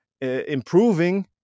improving